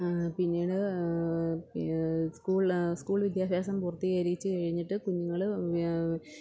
പിന്നീട് school school വിദ്യാഭ്യാസം പൂർത്തീകരിച്ചു കഴിഞ്ഞിട്ട് കുഞ്ഞുങ്ങൾ